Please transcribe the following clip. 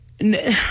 no